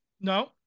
no